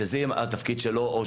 שזה יהיה התפקיד שלו.